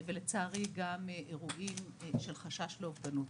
ולצערי גם אירועים של חשש לאובדנות.